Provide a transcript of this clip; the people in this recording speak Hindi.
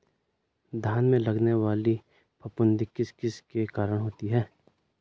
धान में लगने वाली फफूंदी किस किस के कारण होती है?